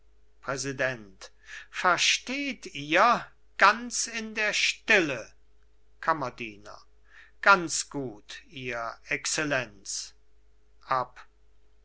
präsident versteht ihr ganz in der stille kammerdiener ganz gut ihr excellenz